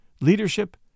leadership